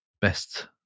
best